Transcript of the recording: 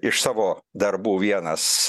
iš savo darbų vienas